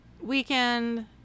Weekend